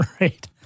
Right